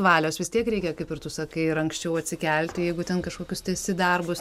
valios vis tiek reikia kaip ir tu sakai ir anksčiau atsikelti jeigu ten kažkokius tęsi darbus